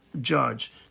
judge